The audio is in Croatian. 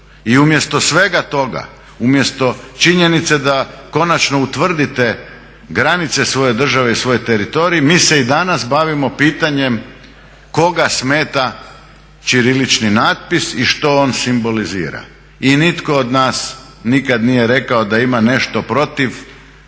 I umjesto svega toga, umjesto činjenice da konačno utvrdite granice svoje države i svoj teritorij, mi se i danas bavimo pitanjem koga smeta ćirilični natpis i što on simbolizira. I nitko od nas nikad nije rekao da ima nešto protiv